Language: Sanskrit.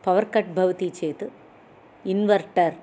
पवर् कट् भवति चेत् इन्वर्टर्